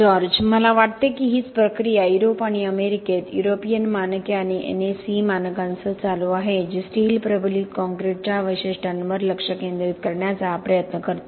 George मला वाटते की हीच प्रक्रिया युरोप आणि अमेरिकेत युरोपियन मानके आणि NACE मानकांसह चालू आहे जी स्टील प्रबलित कंक्रीटच्या वैशिष्ट्यांवर लक्ष केंद्रित करण्याचा प्रयत्न करते